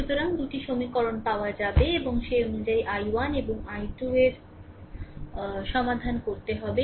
সুতরাং দুটি সমীকরণ পাওয়া যাবে এবং সে অনুযায়ী i 1 এবং i2 এর সমাধান করতে হবে